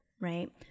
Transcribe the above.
Right